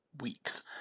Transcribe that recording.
weeks